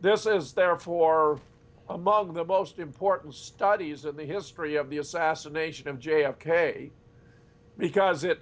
this is therefore among the most important studies in the history of the assassination of j f k because it